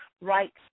right